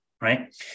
right